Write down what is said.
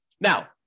Now